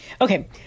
Okay